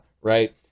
Right